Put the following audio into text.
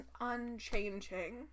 unchanging